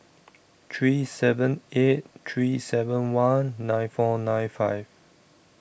three seven eight three seven one nine four nine five